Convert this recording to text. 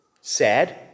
sad